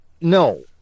No